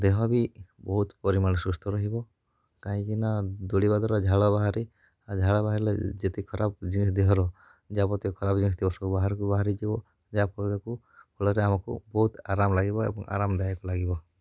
ଆ ଦେହ ବି ବହୁତ ପରିମାଣରେ ସୁସ୍ଥ ରହିବ କାହିଁକିନା ଦଉଡ଼ିବା ଦ୍ୱାରା ଝାଳ ବାହାରେ ଆଉ ଝାଳ ବାହାରିଲେ ଯେତେ ଖରାପ ଜିନିଷ ଦେହର ଯାବତୀୟ ଖରାପ ଜିନିଷ ଥିବ ସବୁ ବାହାରକୁ ବାହାରି ଯିବ ଯାହା ଫଳରେକି ଫଳରେ ଆମକୁ ବହୁତ ଆରାମ ଲାଗିବ ଏବଂ ଆରାମଦାୟକ ଲାଗିବ